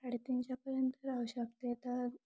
साडेतीनशेपर्यंत राहू शकते तर